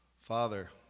Father